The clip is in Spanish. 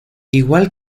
igual